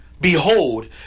Behold